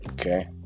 Okay